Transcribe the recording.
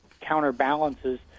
counterbalances